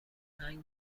هنگ